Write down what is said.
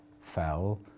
fell